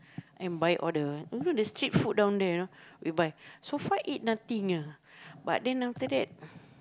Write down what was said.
and buy all the you know the street food down there you know we buy so far eat nothing ah but then after that